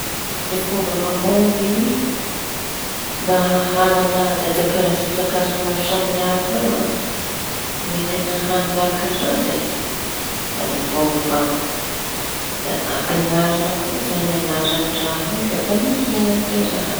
Ny fomba mahomby mba ahalala ajaja karazan-tsakafo maro samihafa io. Omen-teña hañina maro karaza izy da ovaova da ampiañarin koa añarany rehefa mihiña le raha.